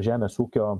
žemės ūkio